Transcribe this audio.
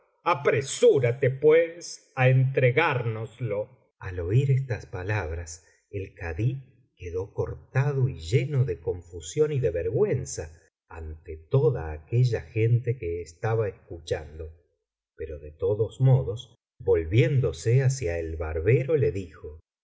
apresúrate pues á entregárnoslo al oir estas palabras el kadí quedó cortado y lleno de confusión y de vergüenza ante toda aquella gente que estaba escuchando pero de todos modos volviéndose hacia el barbero le dijo